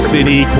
City